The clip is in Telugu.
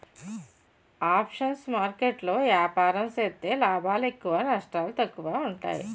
ఆప్షన్స్ మార్కెట్ లో ఏపారం సేత్తే లాభాలు ఎక్కువ నష్టాలు తక్కువ ఉంటాయి